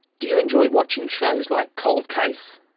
do you enjoy watching shows like cold case?